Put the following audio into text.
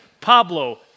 Pablo